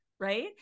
Right